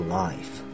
life